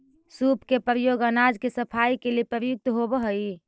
सूप के प्रयोग अनाज के सफाई के लिए प्रयुक्त होवऽ हई